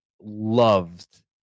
loved